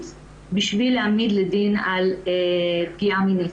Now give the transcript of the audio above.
בשביל להעמיד לדין על פגיעה מינית,